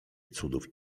cudów